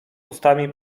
ustami